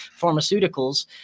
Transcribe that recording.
pharmaceuticals